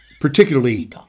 Particularly